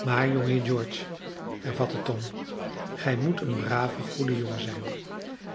maar jongeheer george hervatte tom gij moet een brave goede jongen zijn